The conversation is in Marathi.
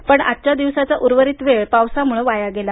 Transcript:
पण आजचा दिवसाच्या उर्वरित वेळ पावसामुळं वाया गेला